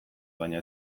baina